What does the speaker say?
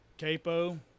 capo